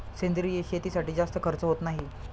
सेंद्रिय शेतीसाठी जास्त खर्च होत नाही